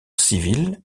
civil